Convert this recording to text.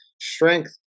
strength